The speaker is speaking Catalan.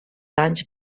anys